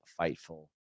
Fightful